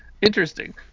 Interesting